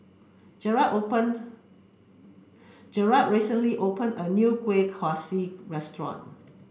Jerrad opened Jerrad recently opened a new Kuih Kaswi restaurant